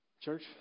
church